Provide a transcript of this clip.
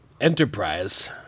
enterprise